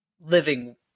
living